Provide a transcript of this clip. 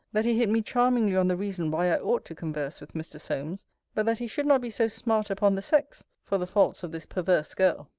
that he hit me charmingly on the reason why i ought to converse with mr. solmes but that he should not be so smart upon the sex, for the faults of this perverse girl.